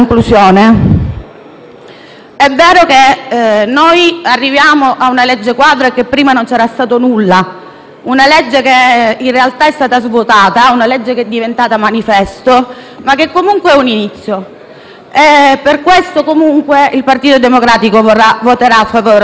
È vero che noi arriviamo a una legge quadro e che prima non c'era stato nulla. È una legge che in realtà è stata svuotata, una legge che è diventata manifesto ma che, comunque, è un inizio. Per questo motivo, il Partito Democratico voterà favorevolmente.